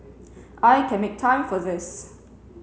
I can make time for this